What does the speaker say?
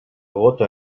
gota